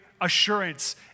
assurance